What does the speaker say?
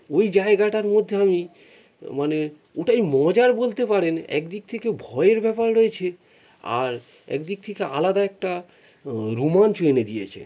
ওই জায়গাটার মধ্যে আমি মানে ওটাই মজার বলতে পারেন একদিক থেকে ভয়ের ব্যাপার রয়েছে আর একদিক থেকে আলাদা একটা রোমাঞ্চ এনে দিয়েছে